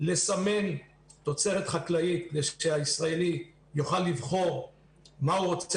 לסמן תוצרת חקלאית כדי שהישראלי יוכל לבחור מה הוא רוצה